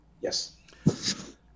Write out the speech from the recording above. Yes